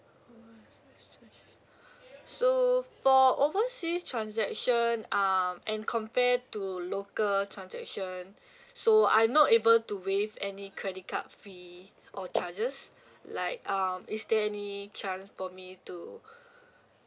so for overseas transaction um and compare to local transaction so I'm not able to waive any credit card fee or charges like um is there any chance for me to